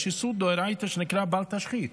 יש איסור דאורייתא שנקרא "בל תשחית".